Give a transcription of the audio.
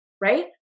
right